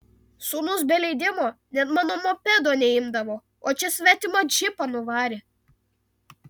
sūnus be leidimo net mano mopedo neimdavo o čia svetimą džipą nuvarė